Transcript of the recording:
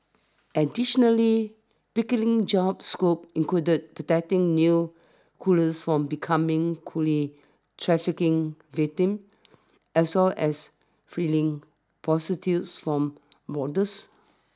additionally Pickering's job scope included protecting new coolers from becoming coolie trafficking victims as well as freeing prostitutes from brothels